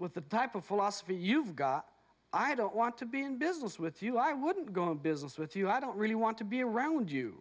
with the type of philosophy you've got i don't want to be in business with you i wouldn't go to business with you i don't really want to be around you